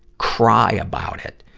cry about it.